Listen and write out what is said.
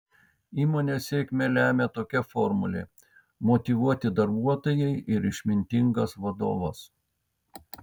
įmonės sėkmę lemią tokia formulė motyvuoti darbuotojai ir išmintingas vadovas